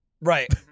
Right